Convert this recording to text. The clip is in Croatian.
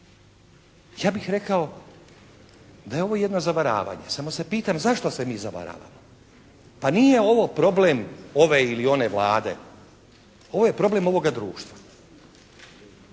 ja bih rekao da je ovo jedno zavaravanje. Samo se pitam zašto se mi zavaravamo? Pa nije ovo problem ove ili one Vlade. Ovo je problem ovoga društva.